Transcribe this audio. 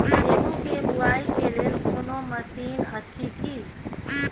गेहूँ के बुआई के लेल कोनो मसीन अछि की?